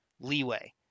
leeway